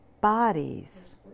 bodies